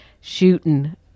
shooting